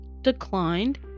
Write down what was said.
declined